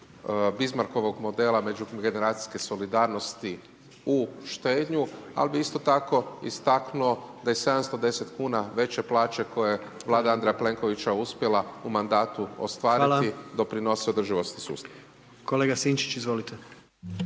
Bismarckovog modela međugeneracijske solidarnosti u štednju ali bi isto tako istaknuo da je 710 kn veće plaće koje je Vlada Andreja Plenkovića uspjela u mandatu ostvariti doprinosi održivosti sustava. **Jandroković, Gordan